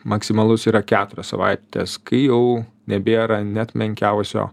maksimalus yra keturios savaitės kai jau nebėra net menkiausio